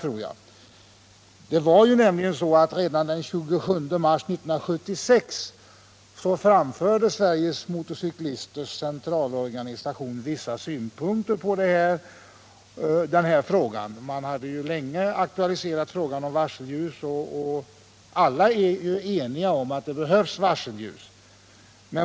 Redan 27 mars 1976 framförde Sveriges Motorcyklisters Centralorganisation vissa synpunkter på frågan. Man hade länge aktualiserat frågan om varselljus, och alla är ju eniga om att sådant behövs.